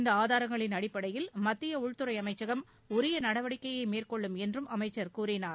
இந்த ஆதாரங்களின் அடிப்படையில் மத்திய உள்துறை அமைச்சகம் உரிய நடவடிக்கையை மேற்கொள்ளும் என்றும் அமைச்சர் கூறினார்